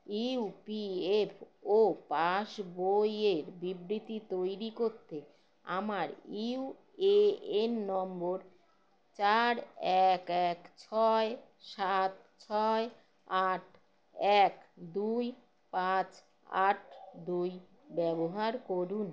EPFO পাসবইয়ের বিবৃতি তৈরি করতে আমার ইউএএন নম্বর চার এক এক ছয় সাত ছয় আট এক দুই পাঁচ আট দুই ব্যবহার করুন